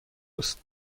است